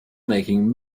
making